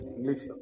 English